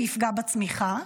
ויפגע בצמיחה.